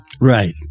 Right